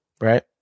right